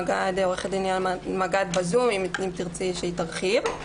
עורכת דין ליאנה מגד נמצאת בזום אם תרצי שהיא תרחיב.